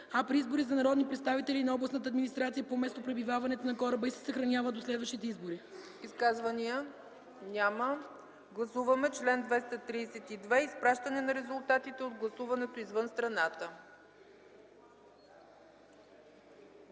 а при избори за народни представители на областната администрация по местопребиваването на кораба и се съхраняват до следващите избори.” ПРЕДСЕДАТЕЛ ЦЕЦКА ЦАЧЕВА: Изказвания? Няма. Гласуваме чл. 232 – „Изпращане на резултатите от гласуването извън страната”.